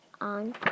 on